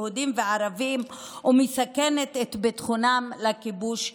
יהודים וערבים, ומסכנת את ביטחונם לכיבוש הזה,